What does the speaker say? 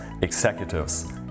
executives